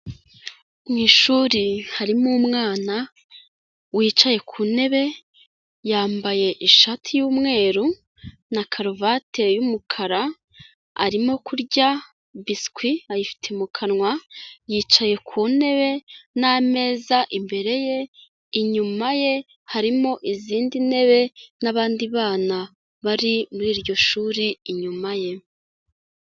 Mu ishuri harimo umwana wicaye ku ntebe yambaye ishati y'umweru na karuvate y'umukara arimo kurya biswi ayifite mu kanwa, yicaye ku ntebe n'ameza imbere ye, inyuma ye harimo izindi ntebe n'abandi bana bari muri iryo shuri inyuma ye.